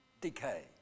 Decay